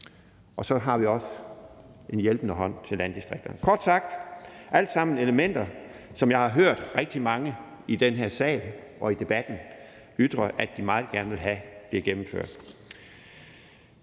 Og så har vi også en hjælpende hånd til landdistrikterne. Det er kort sagt alt sammen elementer, som jeg har hørt rigtig mange i den her sal og i debatten ytre at de meget gerne vil have bliver gennemført.